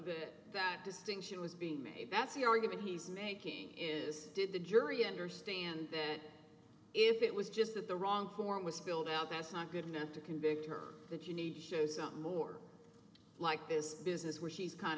know that distinction was being made that's the argument he's making is did the jury understand that if it was just that the wrong form was filled out that's not good enough to convict her that you need to show something more like this business where she's kind